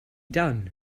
done